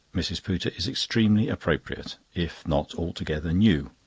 mrs. pooter, is extremely appropriate, if not altogether new.